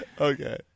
okay